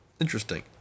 Interesting